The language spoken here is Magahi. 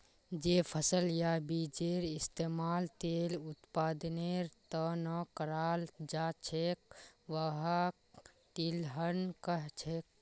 जे फसल या बीजेर इस्तमाल तेल उत्पादनेर त न कराल जा छेक वहाक तिलहन कह छेक